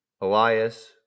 Elias